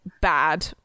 bad